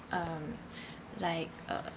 um like err